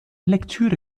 lektüre